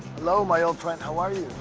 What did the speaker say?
hello my old friend. how are you?